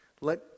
Let